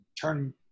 turn